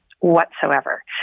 whatsoever